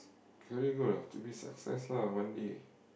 career goal ah to be success ah one day